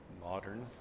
modern